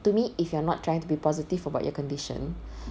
to me if you're not trying to be positive about your condition